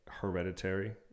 Hereditary